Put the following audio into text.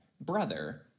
brother